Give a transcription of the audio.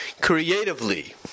creatively